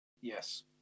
Yes